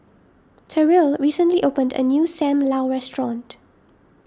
Terrill recently opened a new Sam Lau restaurant